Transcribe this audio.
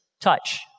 touch